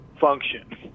function